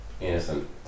Innocent